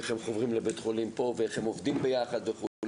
איך הם חוברים לבית חולים פה ואיך הם עובדים ביחד וכו'.